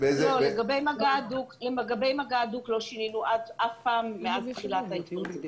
לגבי מגע הדוק לא שינינו אף פעם מאז תחילת ההתפרצות.